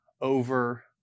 over